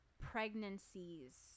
pregnancies